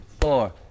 four